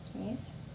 yes